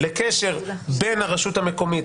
אני רק אגיד לאדוני שאם תהיה הוראת חוק אחרת,